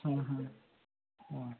हं हं होय